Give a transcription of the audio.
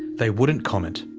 they wouldn't comment.